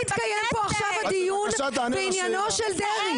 הסתיים הדיון בעניינו של דרעי.